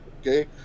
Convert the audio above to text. okay